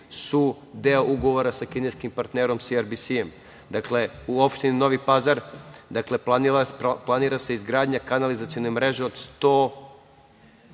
su deo ugovora sa kineskim partnerom SRBS, dakle, u opštini Novi Pazar planira se izgradnja kanalizacione mreže od 110